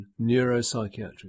neuropsychiatric